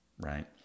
right